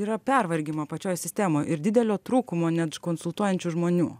yra pervargimo pačioj sistemoj ir didelio trūkumo net konsultuojančių žmonių